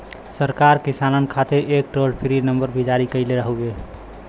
सरकार किसानन खातिर एक टोल फ्री नंबर भी जारी कईले हउवे